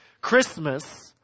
Christmas